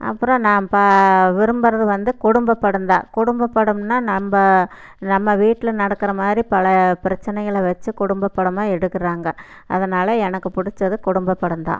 அப்புறம் நான் விரும்புறது வந்து குடும்ப படம்தான் குடும்ப படம்னா நம்ம நம்ம வீட்டில் நடக்கிற மாதிரி பழைய பிரச்சனைகளை வச்சு குடும்ப படமாக எடுக்கிறாங்க அதனால் எனக்கு பிடிச்சது குடும்ப படம்தான்